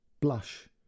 blush